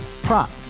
Prop